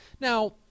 Now